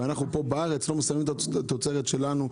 ואנחנו פה בארץ לא מסמנים את התוצרת שלנו,